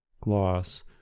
Gloss